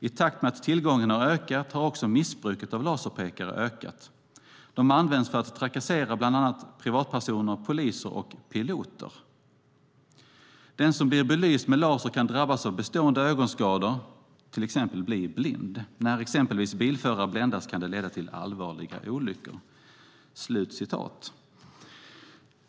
I takt med att tillgången har ökat har också missbruket av laserpekare ökat: De används för att trakassera bland andra privatpersoner, poliser och piloter. Den som blir belyst med laser kan drabbas av bestående ögonskador, till exempel bli blind. När exempelvis bilförare bländas kan det leda till allvarliga olyckor."